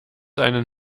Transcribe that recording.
einen